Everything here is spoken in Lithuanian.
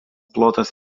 plotas